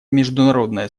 международное